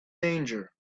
danger